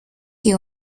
you